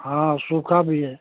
हाँ सूखा भी है